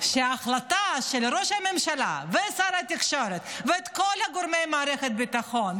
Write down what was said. שההחלטה של ראש הממשלה ושר התקשורת וכל גורמי מערכת הביטחון,